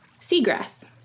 seagrass